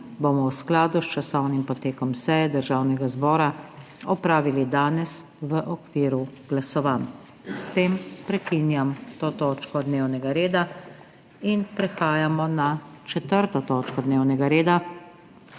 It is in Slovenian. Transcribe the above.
bomo v skladu s časovnim potekom seje Državnega zbora opravili danes v okviru glasovanj. S tem prekinjam to točko dnevnega reda. Prehajamo na **4. TOČKO DNEVNEGA REDA,